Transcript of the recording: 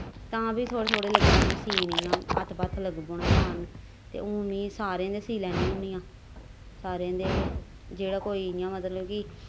तां बी थोह्ड़े थोह्ड़े लगी पौना सीन इयां हत्थ पत्थ लगी पौना मारन ते हून में सारें दे सीऽ लैन्नी होन्नी आं सारें दे गै जेह्ड़ा कोई इयां मतलव कि